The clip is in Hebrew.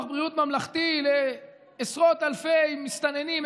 בריאות ממלכתי לעשרות אלפי מסתננים,